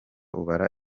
ubara